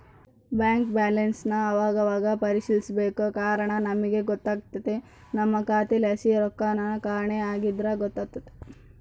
bank ಬ್ಯಾಲನ್ಸನ್ ಅವಾಗವಾಗ ಪರಿಶೀಲಿಸ್ಬೇಕು ಕಾರಣ ನಮಿಗ್ ಗೊತ್ತಾಗ್ದೆ ನಮ್ಮ ಖಾತೆಲಾಸಿ ರೊಕ್ಕೆನನ ಕಾಣೆ ಆಗಿದ್ರ ಗೊತ್ತಾತೆತೆ